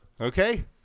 okay